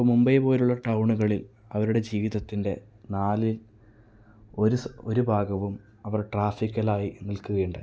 ഇപ്പോൾ മുംബൈ പോലുള്ള ടൗണുകളിൽ അവരുടെ ജീവിതത്തിൻ്റെ നാലിൽ ഒരു ഒരു ഭാഗവും അവർ ട്രാഫിക്കലായി നിൽക്കുകയുണ്ടായി